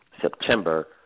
September